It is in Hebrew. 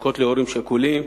חלקות להורים שכולים,